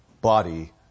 body